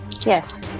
Yes